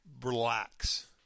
relax